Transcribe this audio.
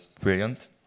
brilliant